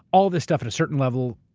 all this stuff at a certain level,